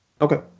Okay